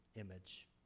image